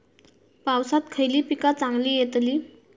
पावसात खयली पीका चांगली येतली?